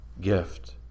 gift